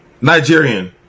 Nigerian